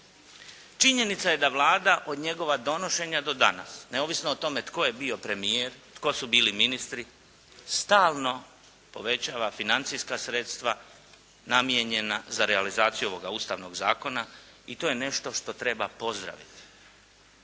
Činjenica je da Vlada od njegova donošenja do danas neovisno o tome tko je bio premijer, tko su bili ministri stalno povećava financijska sredstva namijenjena za realizaciju ovoga Ustavnoga zakona i to je nešto što treba pozdraviti.